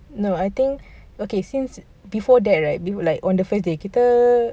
no I think okay since before that right like on the first day kita